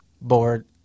board